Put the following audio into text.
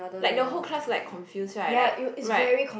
like the whole class like confuse right like right